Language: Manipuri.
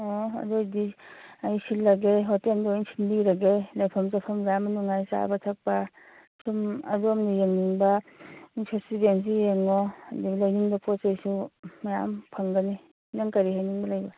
ꯑꯣ ꯑꯗꯨꯏꯗꯤ ꯑꯩ ꯁꯤꯜꯂꯒꯦ ꯍꯣꯇꯦꯜꯗ ꯑꯣꯏ ꯁꯤꯟꯕꯤꯔꯒꯦ ꯂꯩꯐꯝ ꯆꯥꯐꯝ ꯌꯥꯝꯅ ꯅꯨꯡꯉꯥꯏ ꯆꯥꯕ ꯊꯛꯄ ꯑꯗꯨꯝ ꯑꯗꯣꯝꯅ ꯌꯦꯡꯅꯤꯡꯕ ꯐꯦꯁꯇꯤꯚꯦꯜꯁꯨ ꯌꯦꯡꯉꯣ ꯑꯗꯨꯒ ꯂꯩꯅꯤꯡꯕ ꯄꯣꯠ ꯆꯩꯁꯨ ꯃꯌꯥꯝ ꯐꯪꯒꯅꯤ ꯅꯪ ꯀꯔꯤ ꯂꯩꯅꯤꯡꯕ ꯂꯩꯕ